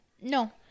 No